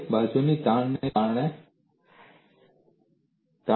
તે બાજુની તાણને કારણે છે